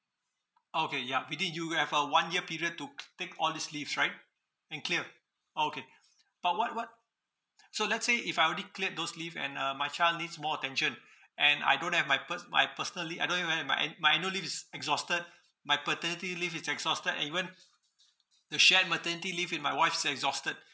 oh okay ya within you have a one year period to cl~ take all these leaves right and clear oh okay but what what so let's say if I already cleared those leave and uh my child needs more attention and I don't have my pers~ my personally leave I don't even have my an~ my annual leave is exhausted my paternity leave is exhausted and even the shared maternity leave in my wife is exhausted